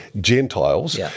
Gentiles